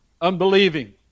unbelieving